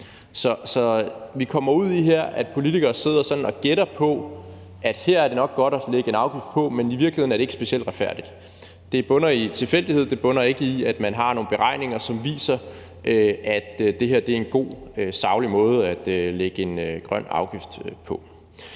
Så vi kommer ud i her, at politikere sidder og gætter på, at her er det nok godt at lægge en afgift på, men i virkeligheden er det ikke specielt retfærdigt. Det bunder i tilfældigheder, det bunder ikke i, at man har nogle beregninger, som viser, at det her er en god, saglig måde at lægge en grøn afgift på.